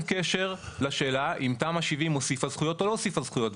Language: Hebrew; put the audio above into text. קשר לשאלה אם תמ"א 70 הוסיפה זכויות או לא הוסיפה זכויות.